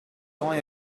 only